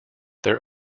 their